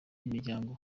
imiryango